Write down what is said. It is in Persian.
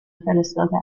فرستاده